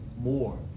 more